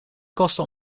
kosten